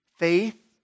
Faith